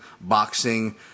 boxing